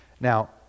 Now